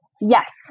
Yes